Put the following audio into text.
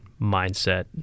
mindset